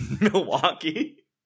Milwaukee